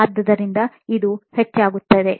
ಆದ್ದರಿಂದ ಇದು ಹೆಚ್ಚಾಗಿತ್ತು